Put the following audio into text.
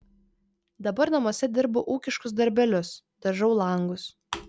dabar namuose dirbu ūkiškus darbelius dažau langus